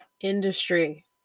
industry